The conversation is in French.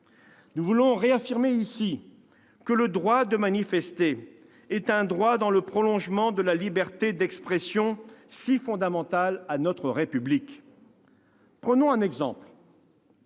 Nous voulons réaffirmer ici que le droit de manifester s'inscrit dans le prolongement de la liberté d'expression, si fondamentale à notre République. Prenons un exemple.